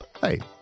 Hey